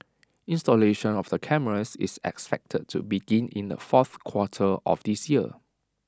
installation of the cameras is expected to begin in the fourth quarter of this year